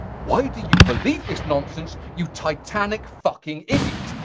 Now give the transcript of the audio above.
why do you believe this nonsense, you titanic fucking idiot?